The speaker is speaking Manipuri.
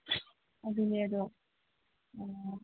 ꯑꯗꯨꯅꯦ ꯑꯗꯣ ꯑꯥ